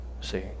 see